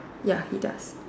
ya he does